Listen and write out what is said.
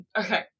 okay